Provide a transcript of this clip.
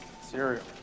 Cereal